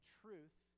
truth